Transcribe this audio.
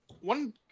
one